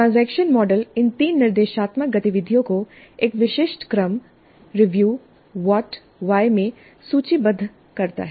transaction model इन तीन निर्देशात्मक गतिविधियों को एक विशिष्ट क्रम रिव्यू व्हाट व्हाय में सूचीबद्ध करता है